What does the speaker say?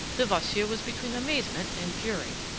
levasseur was between amazement and fury.